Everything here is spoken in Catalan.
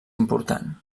important